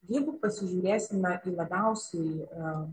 jeigu pasižiūrėsime į labiausiai